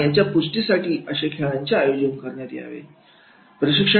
आणि याच्या पुष्टीसाठी असे खेळ आयोजित करण्यात येतात